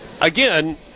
again